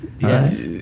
Yes